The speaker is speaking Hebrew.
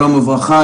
שלום וברכה.